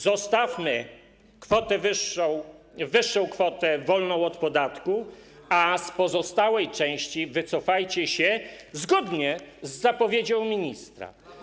Zostawmy wyższą kwotę wolną od podatku, a z pozostałej części wycofajcie się zgodnie z zapowiedzią ministra.